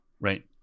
Right